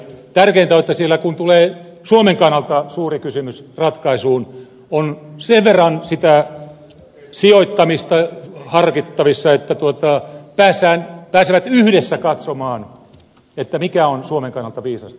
tärkeintä on että kun siellä tulee suomen kannalta suuri kysymys ratkaisuun on sen verran sitä sijoittamista harkittavissa että he pääsevät yhdessä katsomaan mikä on suomen kannalta viisasta